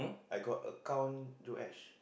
I got account Joash